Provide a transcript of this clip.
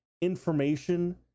information